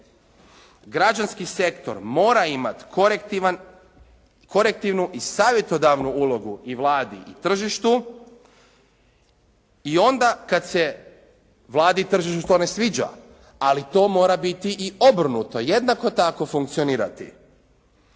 Građanski sektor mora imati korektivan, korektivnu i savjetodavnu ulogu i Vladi i tržištu i onda kad se Vladi i tržištu to ne sviđa, ali to mora biti i obrnuto jednako tako funkcionirati.